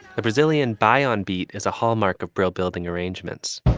the brazilian by on beat is a hallmark of brill building arrangements